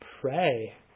Pray